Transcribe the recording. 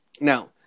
Now